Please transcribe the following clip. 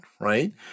right